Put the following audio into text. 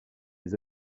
les